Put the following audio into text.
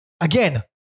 again